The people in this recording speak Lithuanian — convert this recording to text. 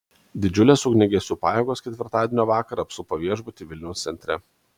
didžiulės ugniagesių pajėgos ketvirtadienio vakarą apsupo viešbutį vilniaus centre